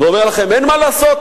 ואומר לכם: אין מה לעשות,